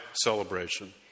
celebration